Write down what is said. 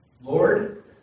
Lord